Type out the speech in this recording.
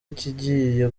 ikigiye